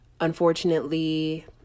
unfortunately